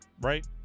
right